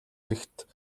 ирэхэд